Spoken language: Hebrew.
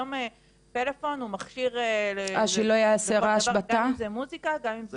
היום פלאפון הוא מכשיר שמשמיע מוזיקה --- אה,